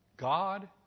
God